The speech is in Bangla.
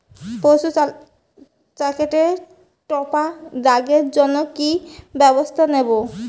পুই শাকেতে টপা দাগের জন্য কি ব্যবস্থা নেব?